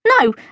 No